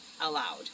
allowed